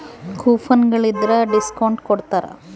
coupon ಗಳಿದ್ರ discount ಕೊಡ್ತಾರ